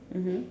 mmhmm